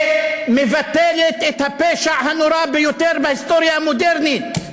שמבטלת את הפשע הנורא ביותר בהיסטוריה המודרנית.